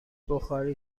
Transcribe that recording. بخاری